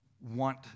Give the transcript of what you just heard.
want